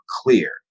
clear